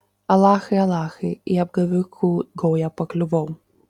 alachai alachai į apgavikų gaują pakliuvau